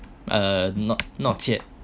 uh not not yet